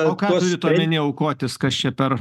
o ką turit omeny aukotis kas čia per